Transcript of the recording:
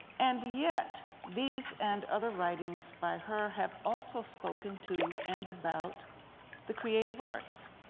and yet these and other writings by her have also spoken to and about the creative arts.